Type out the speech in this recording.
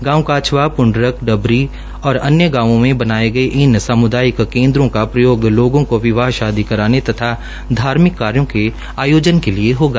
गांव काछवा प्ंडरक डबरी और अन्य गांवों में बनाये गये इन सामुदायिक केन्द्रों का प्रयोग को विवाह शादी कराने तथा धार्मिक कार्यो के आयोजन के लिए होगा